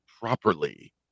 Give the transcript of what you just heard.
properly